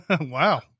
wow